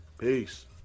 Peace